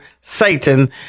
Satan